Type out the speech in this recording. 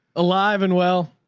alive and well